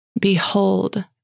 Behold